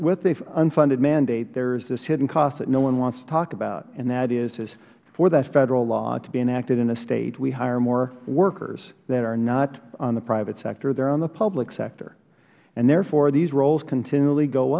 with the unfunded mandate there is this hidden cost that no one wants to talk about and that is for that federal law to be enacted in a state we hire more workers that are not on the private sector they are on the public sector and therefore these roles continually go